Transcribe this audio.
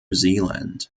zealand